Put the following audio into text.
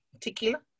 tequila